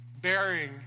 bearing